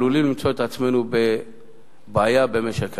עלולים למצוא את עצמנו בבעיה במשק האנרגיה.